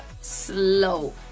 slow